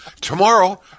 Tomorrow